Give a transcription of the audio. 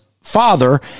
father